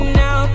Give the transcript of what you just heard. now